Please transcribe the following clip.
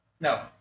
No